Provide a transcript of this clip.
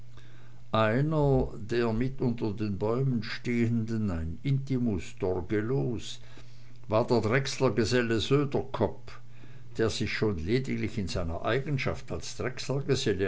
einer der mit unter den bäumen stehenden ein intimus torgelows war der drechslergeselle söderkopp der sich schon lediglich in seiner eigenschaft als